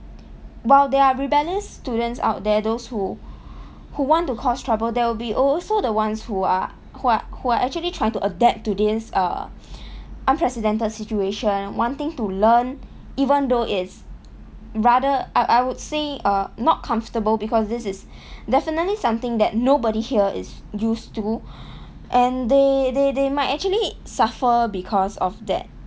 while there are rebellious students out there those who who want to cause trouble there will be also the ones who are who are who are actually trying to adapt to this uh unprecedented situation wanting to learn even though it's rather I I would say uh not comfortable because this is definitely something that nobody here is used to and they they they might actually suffer because of that